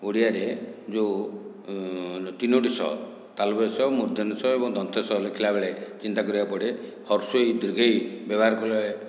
ଓଡ଼ିଆରେ ଯେଉଁ ତିନୋଟି ସଅ ତାଳବେଶ ମୁଧନେଶ ଏବଂ ଦନ୍ତେସ ଲେଖିଲା ବେଳେ ଚିନ୍ତା କରିବାକୁ ପଡ଼େ ହର୍ଷେଇ ଦୀର୍ଘେଇ ବ୍ୟବହାର କଲେ